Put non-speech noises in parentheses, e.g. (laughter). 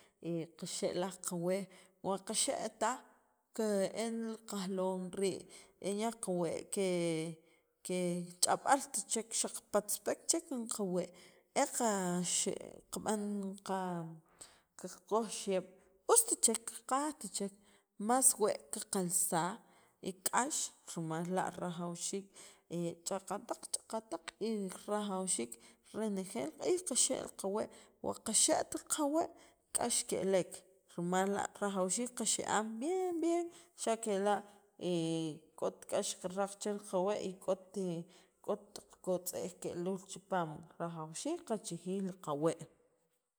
(hesitation) qaxe' laj qawee' wa qaxe' taj que el kajloom rii' e nik'yaj qa wee' que que ch'ab'al ti chek xaq' patzpek chek jun qawee' e qa xe kab'an ka ka k'oj xiyeb' us tichek kijaaj ticheek mas wee' kiqalsaaj y k'ax rimal la rajawxiik ch'aqataq ch'aqataq y rajawxiik renejeel q'iij qaxa qawee' wo kaxat li qawee' k'ax kelek rimal la rajawiik kasian bien bien xa kela' k'ot k'ax karaq chel qawee' y k'oti k'ot kotz'ejeej ke'luul chipaam rajawxiik qachijiij li qawee'